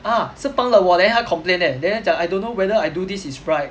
ah 是帮了我 then 他 complain leh then 他讲 I don't know whether I do this is right